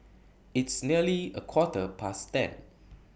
its nearly A Quarter Past ten